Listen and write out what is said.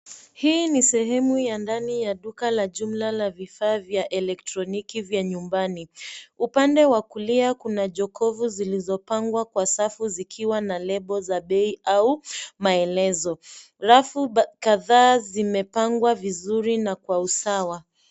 Hii ni sehemu ya ndani ya duka la jumla la vifaa vya elektroniki vya nyumbani. Upande wakulia kuna jokovu zilizo pangwa kwa safu zikiwa na lebo za bei au maelezo. Rafu kadhaa zimepangwa vizuri na kwa usawa.